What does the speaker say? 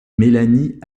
melanie